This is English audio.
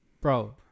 bro